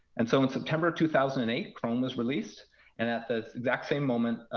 and so in september of two thousand and eight, chrome was released. and at the exact same moment,